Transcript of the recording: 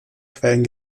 quellen